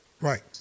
Right